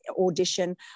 audition